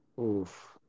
Oof